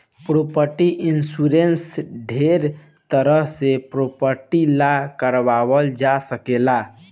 property insurance ढेरे तरह के प्रॉपर्टी ला कारवाल जा सकेला